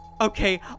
Okay